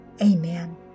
Amen